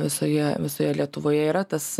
visoje visoje lietuvoje yra tas